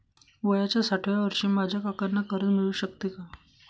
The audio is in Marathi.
वयाच्या साठाव्या वर्षी माझ्या काकांना कर्ज मिळू शकतो का?